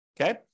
Okay